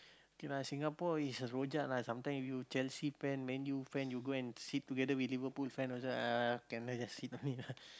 okay lah Singapore is a rojak lah sometime you Chelsea fan Man-U fan you go and sit together with Liverpool fan also !ah! can lah just sit only lah